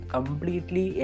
Completely